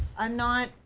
i'm not,